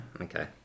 Okay